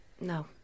No